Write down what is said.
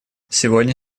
сегодня